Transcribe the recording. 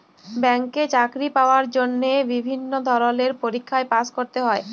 ব্যাংকে চাকরি পাওয়ার জন্হে বিভিল্য ধরলের পরীক্ষায় পাস্ ক্যরতে হ্যয়